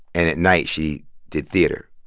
and at night, she did theater.